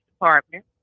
Department